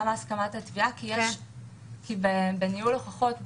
כי בניהול הוכחות,